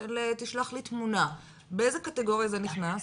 של תשלח לי תמונה, באיזה קטגוריה זה נכנס?